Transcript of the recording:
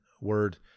word